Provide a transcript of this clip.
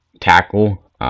tackle